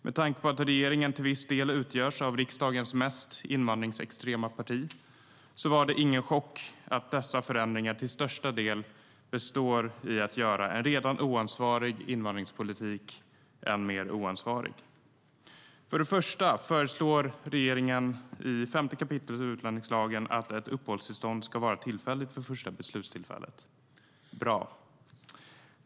Med tanke på att regeringen till viss del utgörs av riksdagens mest invandringsextrema parti är det ingen chock att dessa förändringar till största delen består i att göra en redan oansvarig invandringspolitik än mer oansvarig. För det första föreslår regeringen i 5 kap. utlänningslagen att ett uppehållstillstånd ska vara tillfälligt vid första beslutstillfället. Det är bra.